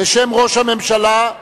בשם ראש הממשלה,